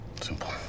Simple